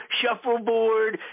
shuffleboard